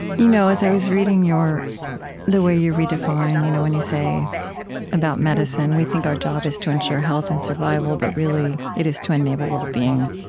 you know as i was reading the way you redefine, you know when you say about medicine, we think our job is to ensure health and survival. but really it is to enable well-being